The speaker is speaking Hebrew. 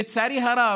לצערי הרב,